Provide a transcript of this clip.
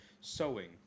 sewing